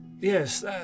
Yes